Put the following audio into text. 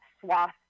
swath